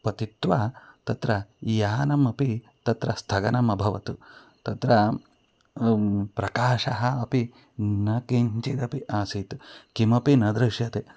पतित्वा तत्र यानमपि तत्र स्थगनम् अभवत् तत्र प्रकाशः अपि न किञ्चिदपि आसीत् किमपि न दृश्यते